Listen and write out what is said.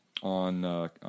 on